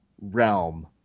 realm